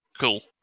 Cool